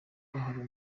kwahariwe